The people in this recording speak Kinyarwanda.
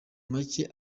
make